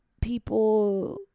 people